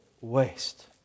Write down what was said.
waste